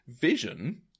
Vision